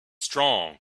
strong